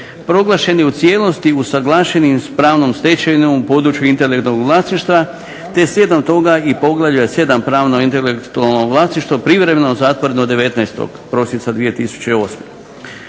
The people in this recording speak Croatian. proglašen je u cijelosti usuglašenim s pravnom stečevinom u području intelektualnog vlasništva te slijedom toga i poglavlja 7. – Pravno intelektualno vlasništvo privremeno zatvoreno 19. prosinca 2008.